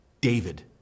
David